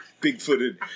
Bigfooted